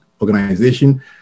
organization